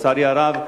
ולצערי הרב,